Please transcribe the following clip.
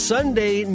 Sunday